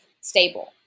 stable